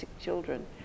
children